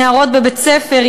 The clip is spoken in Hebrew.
נערות בבית-ספר,